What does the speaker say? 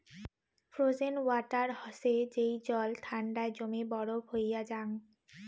frozen water হসে যেই জল ঠান্ডায় জমে বরফ হইয়া জাং